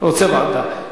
רוצה ועדה.